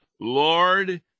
Lord